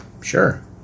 Sure